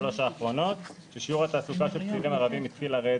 האחרונות זה ששיעור התעסוקה של ערבים התחיל לרדת.